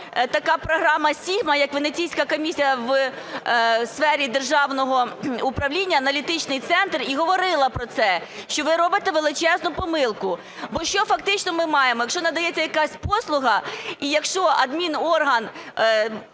така Програма SIGMA, як Венеційська комісія, у сфері державного управління Аналітичний центр і говорили про те, що ви робите величезну помилку. Бо що фактично ми маємо? Якщо надається якась послуга і якщо адмінорган